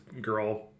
girl